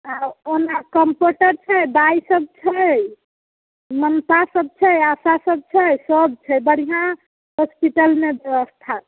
आ ओना कम्पाउण्डर छै बाइ सब छै ममता सब छै आशा सब छै सब छै बढ़िआँ होस्पिटलमे व्यवस्था छै